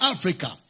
Africa